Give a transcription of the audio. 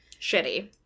Shitty